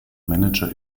manager